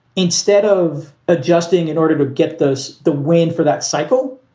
instead of adjusting in order to get those the win for that cycle,